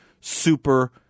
super